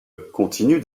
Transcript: continue